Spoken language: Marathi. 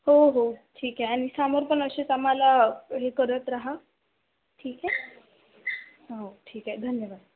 हो हो ठीक आहे आणि समोर पण असेच आम्हाला हे करत रहा ठीक आहे हो ठीक आहे धन्यवाद